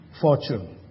fortune